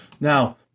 Now